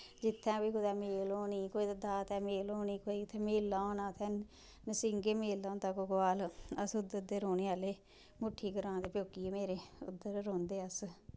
जित्थें बी कुदै मेल होंनी कुदै दातै मेल होनी कोई उत्थैं मेला होना उत्थें नर्सिंगें मेला होंदा घगोआल आस उध्दर दे रौह्ने आह्ले लुट्ठी ग्रांऽ डे प्योकिये मेरे उध्दर रौंह्दे अस